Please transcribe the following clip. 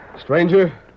Stranger